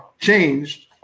changed